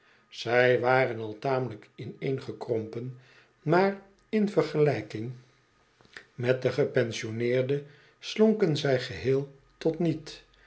zij waren al tamelijk ineengekrompen maar in vergelijking met den gepensioneerde slonken zij geheel tot niet